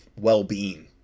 well-being